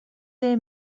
they